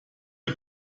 ihr